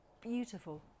beautiful